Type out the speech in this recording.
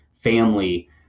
family